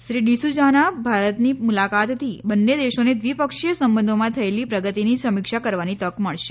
શ્રી ડિસૂઝાની ભારતની મુલાકાતથી બંને દેશોને દ્વિપક્ષીય સંબંધોમાં થયેલી પ્રગતિની સમિક્ષા કરવાની તક મળશે